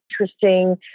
interesting